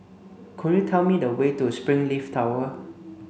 could you tell me the way to Springleaf Tower